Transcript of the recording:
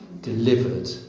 delivered